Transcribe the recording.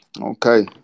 Okay